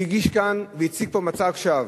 הגיש כאן והציג פה מצג שווא,